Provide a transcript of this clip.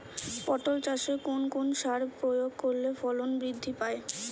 পটল চাষে কোন কোন সার প্রয়োগ করলে ফলন বৃদ্ধি পায়?